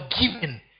given